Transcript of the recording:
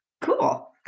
Cool